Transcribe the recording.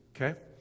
Okay